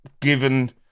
given